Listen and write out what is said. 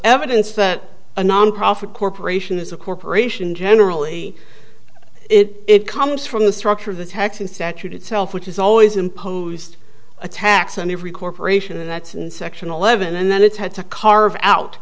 evidence that a nonprofit corporation is a corporation generally it comes from the structure of the taxing statute itself which is always imposed a tax on every corporation and that's in section eleven and then it's had to carve out